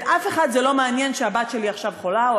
את אף זה לא מעניין שהבת שלי עכשיו חולה או